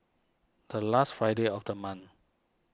the last Friday of the month